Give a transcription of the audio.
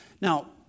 Now